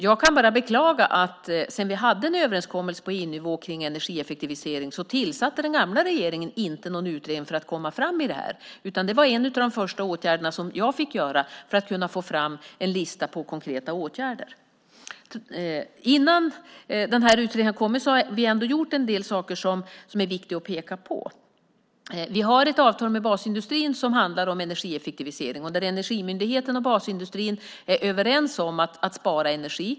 Jag kan bara beklaga att den gamla regeringen, efter att vi fick en överenskommelse på EU-nivå kring energieffektiviseringen, inte tillsatte någon utredning för att komma fram i den här frågan, utan det var en av de första åtgärderna som jag fick vidta för att få fram en lista på konkreta åtgärder. Innan utredningen nu har kommit har vi ändå gjort en del saker som är viktiga att peka på. Vi har ett avtal med basindustrin som handlar om energieffektivisering, och Energimyndigheten och basindustrin är överens om att spara energi.